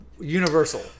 universal